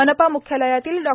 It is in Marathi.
मनपा मुख्यालयातील डॉ